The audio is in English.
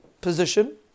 position